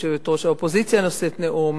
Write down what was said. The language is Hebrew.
יושבת-ראש האופוזיציה נושאת נאום,